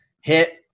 hit